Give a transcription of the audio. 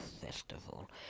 festival